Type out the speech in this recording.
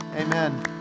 Amen